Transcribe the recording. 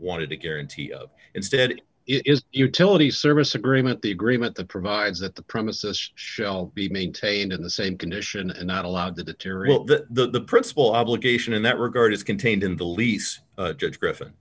wanted to guarantee of instead it is utility service agreement the agreement that provides that the premises shall be maintained in the same condition and not allowed to deteriorate the principal obligation in that regard is contained in the lease judge griff